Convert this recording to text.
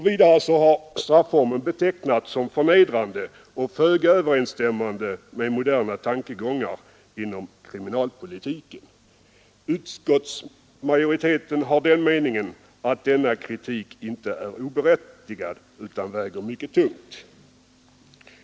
Vidare har strafformen betecknats som förnedrande och föga överensstämmande med moderna tankegångar inom kriminalpolitiken Utskottsmajoriteten har den uppfattningen att denna kritik inte är oberättigad utan väger mycket tungt.